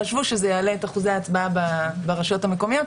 חשבו שזה יעלה את אחוזי ההצבעה ברשויות המקומיות,